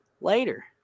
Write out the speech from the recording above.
later